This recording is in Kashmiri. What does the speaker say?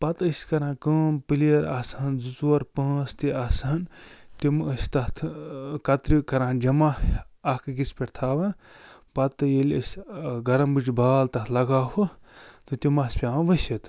پتہٕ أسۍ کَران کٲم پٕلیَر آسہٕ ہَن زٕ ژور پانٛژھ تہِ آسہٕ ہَن تِم ٲسۍ تَتھ کترِ کَران جمع اکھ أکِس پٮ۪ٹھ تھاوان پتہٕ ییٚلہِ أسۍ گَرَمٕچ بال تتھ لگاو ہو تہٕ تِم آسہٕ پٮ۪وان ؤسِتھ